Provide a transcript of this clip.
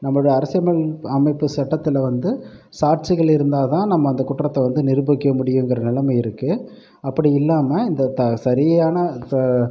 நம்பளோட அரசியல் அமை அமைப்பு சட்டத்தில் வந்து சாட்சிகள் இருந்தால்தான் நம்ம அந்த குற்றத்தை வந்து நிருபிக்க முடியுங்கிற நிலமை இருக்கு அப்படி இல்லாமல் இந்த சரியான இப்போ